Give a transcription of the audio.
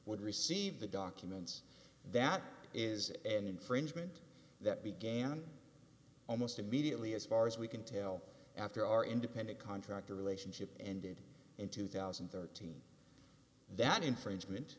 would receive the documents that is an infringement that began almost immediately as far as we can tell after our independent contractor relationship ended in two thousand and thirteen that infringement